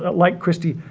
like christy,